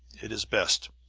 it is best.